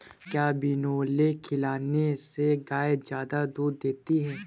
क्या बिनोले खिलाने से गाय दूध ज्यादा देती है?